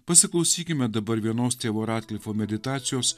pasiklausykime dabar vienos tėvo radklifo meditacijos